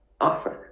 Awesome